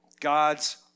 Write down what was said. God's